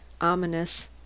ominous